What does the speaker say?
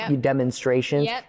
demonstrations